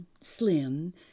slim